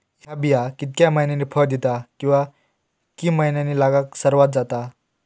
हया बिया कितक्या मैन्यानी फळ दिता कीवा की मैन्यानी लागाक सर्वात जाता?